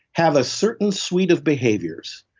have a certain suite of behaviors,